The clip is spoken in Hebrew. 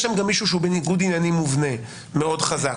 כי יש שם מישהו שהוא בניגוד עניינים מובנה מאוד חזק.